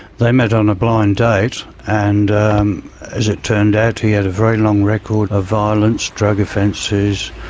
they met on a blind date and as it turned out he had a very long record of violence, drug offences,